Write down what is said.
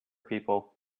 people